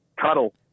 cuddle